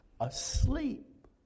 asleep